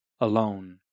alone